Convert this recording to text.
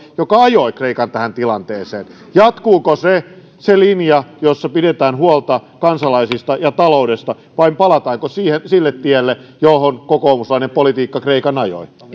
joka ajoi kreikan tähän tilanteeseen jatkuuko se se linja jossa pidetään huolta kansalaisista ja taloudesta vai palataanko sille sille tielle jolle kokoomuslainen politiikka kreikan ajoi